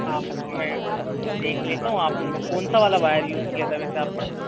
हाँ मैं देख लेता हूँ आप उन कौन सा वाला वायर यूज़ किया था वेसे आप ने